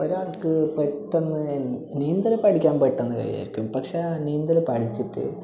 ഒരാൾക്ക് പെട്ടന്ന് നീന്തല് പഠിക്കാൻ പെട്ടന്ന് കഴിയുമായിരിക്കും പക്ഷേ ആ നീന്തല് പഠിച്ചിട്ട്